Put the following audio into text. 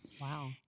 Wow